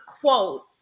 quote